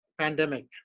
pandemic